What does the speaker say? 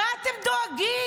מה אתם דואגים?